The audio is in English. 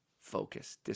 focus